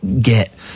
get